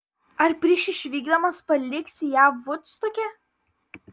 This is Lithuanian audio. ar prieš išvykdamas paliksi ją vudstoke